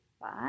Five